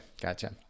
gotcha